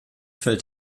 fällt